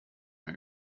mehr